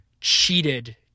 cheated